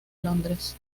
londres